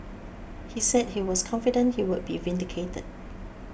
he said he was confident he would be vindicated